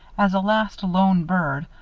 as a last lone bird,